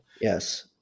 yes